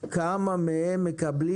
כמה מהם מקבלים